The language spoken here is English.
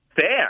Fair